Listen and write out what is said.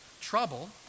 trouble